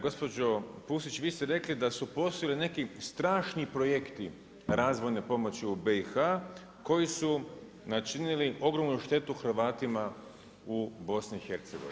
Gospođo Pusić vi ste rekli da su postojali neki strašni projekti razvojne pomoći u BIH koji su načinili ogromnu štetu Hrvatima u BIH.